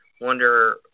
wonder